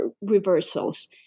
reversals